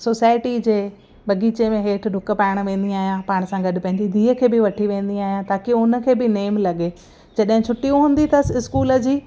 society जी बगीचे में हेठि ॾुक पाइण वेंदी आहियां पाण सां गॾु पंहिंजी धीअ खे बि वठी वेंदी आहियां ताकी उनखे बि नेम लॻे जॾहिं छुट्टी हूंदी अथस इस्कूल जी